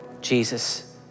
Jesus